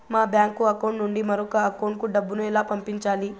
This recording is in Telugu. మా బ్యాంకు అకౌంట్ నుండి మరొక అకౌంట్ కు డబ్బును ఎలా పంపించాలి